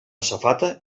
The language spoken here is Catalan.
safata